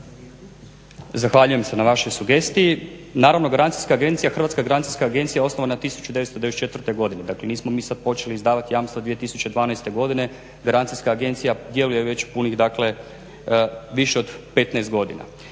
Zahvaljujem se na vašoj sugestiji. Naravno garancijska agencija, Hrvatska garancijska agencija je osnovana 1994. godine. Dakle, nismo mi sad počeli izdavati jamstva 2012. godine, Garancijska agencija djeluje već punih dakle više od 15 godina.